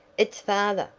it's father!